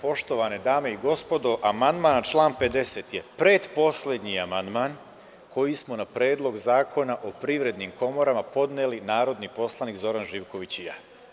Poštovane dame i gospodo, amandman na član 50. je pretposlednji amandman koji smo na Predlog zakona o Privrednim komorama podneli narodni poslanik Zoran Živković i ja.